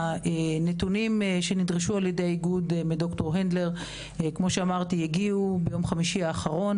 הנתונים שנדרשו על ידי האיגוד מ הנדלר הגיעו ביום חמישי האחרון